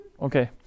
Okay